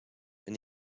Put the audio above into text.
and